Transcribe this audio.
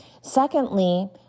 Secondly